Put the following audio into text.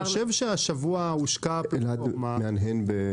אלעד מהנהן.